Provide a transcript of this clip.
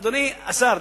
אדוני השר,